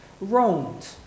wronged